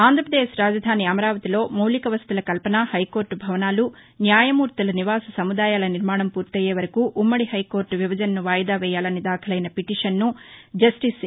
ఆంధ్రప్రదేశ్ రాజధాని అమరావతిలో మౌలిక వసతుల కల్పన హైకోర్లు భవనాలు న్యాయమూర్తుల నివాస సముదాయాల నిర్మాణం పూర్తయ్యేవరకూ ఉ మ్మడి హైకోర్టు విభజనను వాయిదా వేయాలని దాఖలైన పిటిషన్ను జస్టిస్ ఏ